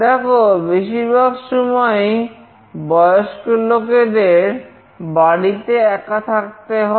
দেখো বেশিরভাগ সময়ই বয়স্ক লোকেদের বাড়িতে একা থাকতে হয়